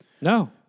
No